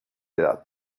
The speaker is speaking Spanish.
edad